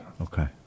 Okay